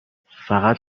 فقط